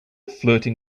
flirting